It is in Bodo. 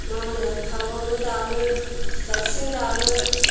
मा होनो खावांबो दामो जाबस्रिं दामो